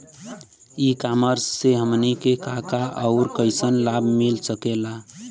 E commerce से हमनी के का का अउर कइसन लाभ मिल सकेला?